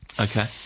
Okay